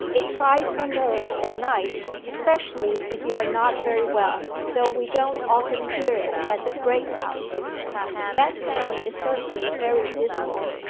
it tries the nerves at night, especially if you are not very well though we don't often hear it at the great house that sound is certainly very dismal.